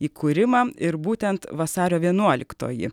įkūrimą ir būtent vasario vienuoliktoji